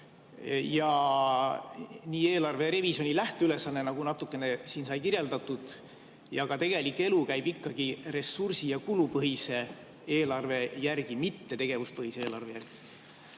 nii eelarve revisjoni lähteülesanne, nagu siin natukene sai kirjeldatud, ja ka tegelik elu käib ikkagi ressursi- ja kulupõhise eelarve järgi, mitte tegevuspõhise eelarve järgi?